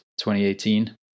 2018